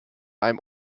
einem